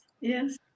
yes